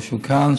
שהוא כאן,